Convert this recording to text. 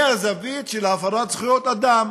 מהזווית של הפרת זכויות אדם.